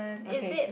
okay